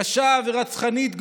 קשה ורצחנית,